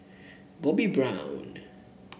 Bobbi Brown